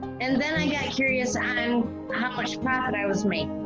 and then i got curious on ah how much profit i was making